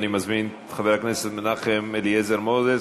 אני מזמין את חבר הכנסת מנחם אליעזר מוזס,